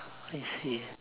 I see